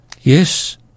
Yes